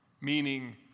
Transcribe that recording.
Meaning